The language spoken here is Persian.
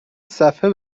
صفحه